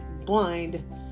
blind